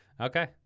Okay